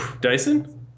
Dyson